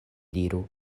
diru